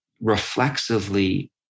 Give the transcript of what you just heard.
reflexively